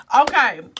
okay